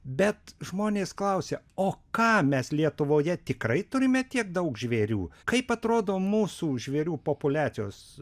bet žmonės klausia o ką mes lietuvoje tikrai turime tiek daug žvėrių kaip atrodo mūsų žvėrių populiacijos